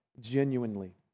genuinely